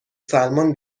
سلمان